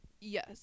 Yes